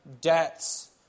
debts